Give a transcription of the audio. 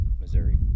Missouri